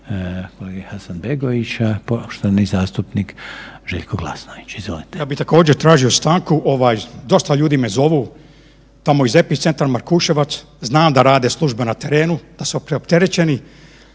Željko Glasnović. Izvolite. **Glasnović, Željko (Nezavisni)** Ja bih također tražio stanku ovaj dosta ljudi me zovu tamo iz epicentra Markuševac, znam da rade službe na terenu, da su preopterećeni,